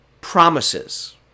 promises